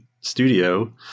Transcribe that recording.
studio